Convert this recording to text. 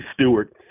Stewart